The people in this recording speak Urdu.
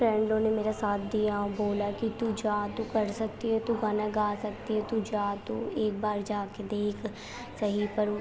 فرینڈوں نے میرا ساتھ دیا بولا کہ تو جا تو کر سکتی ہے تو گانا گا سکتی ہے تو جا تو ایک بار جا کے دیکھ کہیں پر